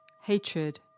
hatred